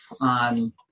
on